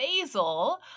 basil